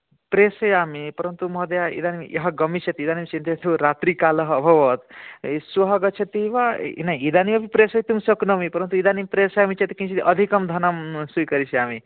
प्रेषयामि परन्तु महोदय इदानीं य गमिष्यति इदानीं रात्रिकाल अभवत् श्व गच्छति वा न हि इदानीम् प्रेषयितुं शक्नोमि परन्तु इदानीं प्रेषयामि चेत् किञ्चित् अधिकं धनं स्वीकरिष्यामि